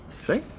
See